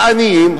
העניים,